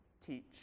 teach